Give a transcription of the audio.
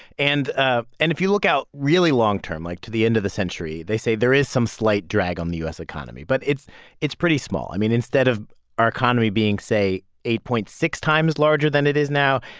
and ah and if you look out really long term, like to the end of the century, they say there is some slight drag on the u s. economy, but it's it's pretty small. i mean, instead of our economy being, say, eight point six times larger than it is now,